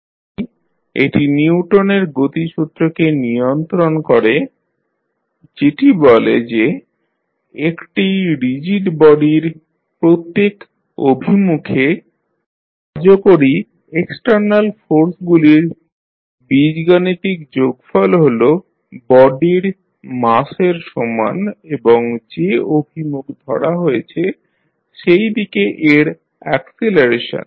তাই এটি নিউটনের গতিসূত্রকে Newton's law of motion নিয়ন্ত্রণ করে যেটি বলে যে একটি রিজিড বডির প্রত্যেক অভিমুখে কার্যকরী এক্সটার্নাল ফোর্সগুলির বীজগাণিতিক যোগফল হল বডির মাসের সমান এবং যে অভিমুখ ধরা হয়েছে সেইদিকে এর অ্যাকসিলারেশন